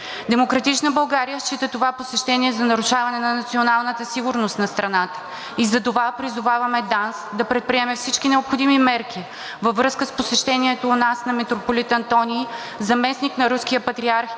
„Демократична България“ счита това посещение за нарушаване на националната сигурност на страната. Затова призоваваме ДАНС да предприеме всички необходими мерки във връзка с посещението у нас на митрополит Антоний, заместник на руския патриарх